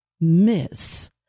Miss